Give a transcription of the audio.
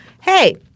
Hey